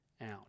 out